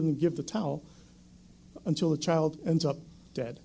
than give the towel until the child ends up dead